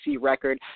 record